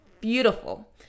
beautiful